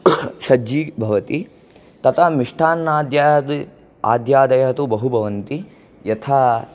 सज्जी भवति तता मिष्टान्नाद्यादि आद्यादयः तु बहु भवन्ति यथा